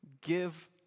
give